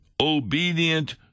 obedient